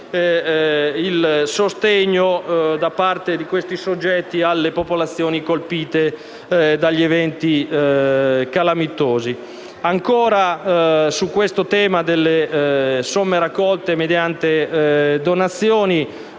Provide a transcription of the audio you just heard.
il sostegno da parte di questi soggetti alle popolazioni colpite dagli eventi calamitosi. Ancora, sul tema delle somme raccolte mediante donazioni,